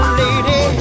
lady